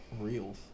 reels